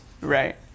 Right